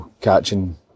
catching